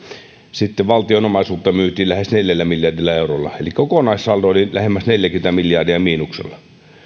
sitten valtion omaisuutta myytiin lähes neljällä miljardilla eurolla eli kokonaissaldo oli lähemmäs neljäkymmentä miljardia miinuksella